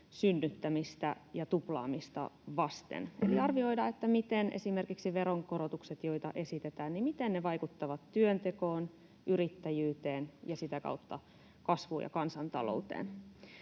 synnyttämistä ja tuplaamista vasten. Eli pitäisi arvioida, miten esimerkiksi veronkorotukset, joita esitetään, vaikuttavat työntekoon, yrittäjyyteen ja sitä kautta kasvuun ja kansantalouteen.